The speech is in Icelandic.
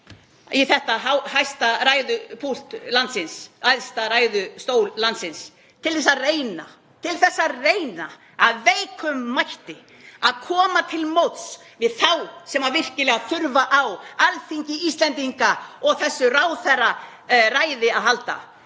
æðsta ræðustól landsins, til að reyna af veikum mætti að koma til móts við þá sem virkilega þurfa á Alþingi Íslendinga og þessu ráðherraræði að halda.